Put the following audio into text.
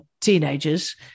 teenagers